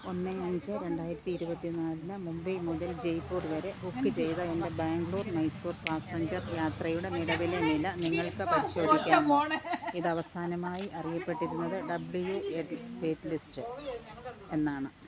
ഒന്ന് അഞ്ച് രണ്ടായിരത്തി ഇരുപത്തി നാലിന് മുംബൈ മുതൽ ജയ്പൂർ വരെ ബുക്ക് ചെയ്ത എൻ്റെ ബാംഗ്ലൂർ മൈസൂർ പാസഞ്ചർ യാത്രയുടെ നിലവിലെ നില നിങ്ങൾക്ക് പരിശോധിക്കാമോ ഇത് അവസാനമായി അറിയപ്പെട്ടിരുന്നത് ഡബ്ല്യു എൽ വെയ്റ്റ്ലിസ്റ്റ് എന്നാണ്